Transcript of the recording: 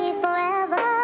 forever